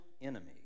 enemy